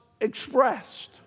expressed